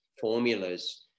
formulas